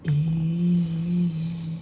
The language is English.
!ee!